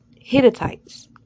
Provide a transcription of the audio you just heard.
Hittites